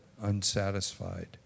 unsatisfied